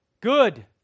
Good